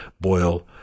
boil